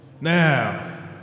Now